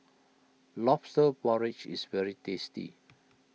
Lobster Porridge is very tasty